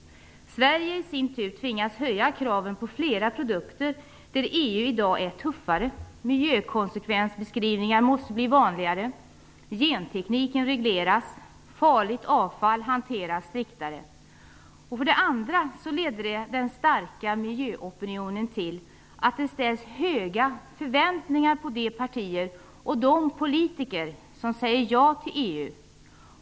Sverige tvingas i sin tur att höja kraven på flera produkter där EU i dag är tuffare. Miljökonsekvensbeskrivningar måste bli vanligare, gentekniken skall regleras och farligt avfall skall hanteras striktare. För det andra ledde den starka miljöopinionen till att det är höga förväntningar på de partier och de politiker som säger ja till EU.